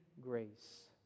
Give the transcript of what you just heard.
grace